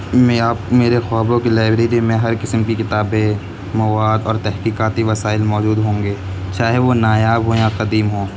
میں آپ میرے خوابوں کی لائبریری میں ہر قسم کی کتابیں مواد اور تحقیقاتی وسائل موجود ہوں گے چاہے وہ نایاب ہوں یا قدیم ہوں